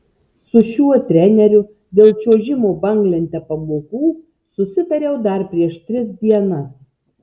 su šiuo treneriu dėl čiuožimo banglente pamokų susitariau dar prieš tris dienas